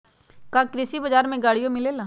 का कृषि बजार में गड़ियो मिलेला?